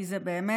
כי זה באמת